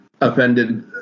offended